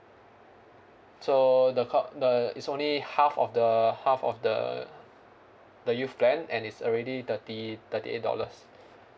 so the call the it's only half of the half of the the youth plan and it's already thirty thirty eight dollars